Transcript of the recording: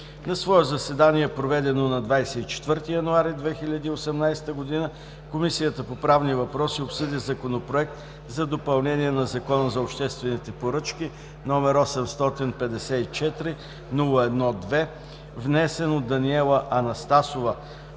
На свое заседание, проведено на 24 януари 2018 г., Комисията по правни въпроси обсъди Законопроект за допълнение на Закона за обществените поръчки, № 854-01-2, внесен от Даниела Анастасова